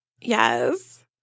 Yes